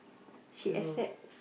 she accept